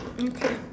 mm okay